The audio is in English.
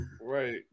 Right